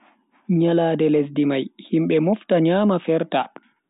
Nyalande lesdi mai, himbe mofta nyama ferta.